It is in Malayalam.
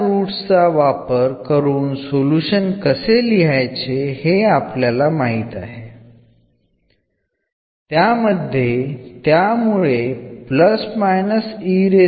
തുടർന്ന് സൊല്യൂഷൻ എങ്ങനെ എഴുതാമെന്ന് നമ്മൾക്കറിയാം